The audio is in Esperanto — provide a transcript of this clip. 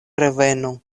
revenu